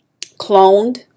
cloned